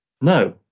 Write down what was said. No